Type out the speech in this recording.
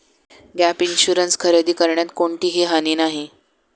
gap insurance खरेदी करण्यात कोणतीही हानी नाही